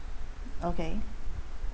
okay